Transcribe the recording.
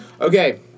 Okay